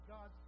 God